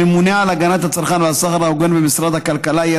הממונה על הגנת הצרכן והסחר ההוגן במשרד הכלכלה יהיה